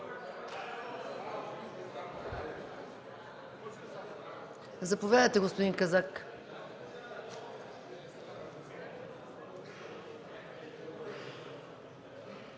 Заповядайте, господин Казак.